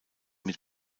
mit